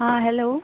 आ hello